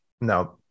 No